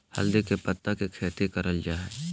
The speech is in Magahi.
हल्दी के पत्ता के खेती करल जा हई